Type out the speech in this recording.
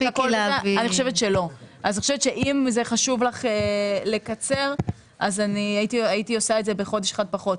אם זה חשוב לך לקצר הייתי עושה את זה בחודש אחד פחות,